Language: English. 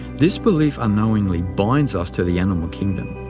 this belief unknowingly binds us to the animal kingdom,